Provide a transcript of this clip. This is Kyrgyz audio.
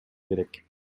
керек